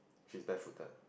she is bare footed